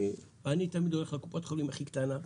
אני תמיד הולך לקופת החולים הכי קטנה,